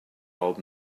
old